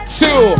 two